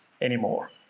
anymore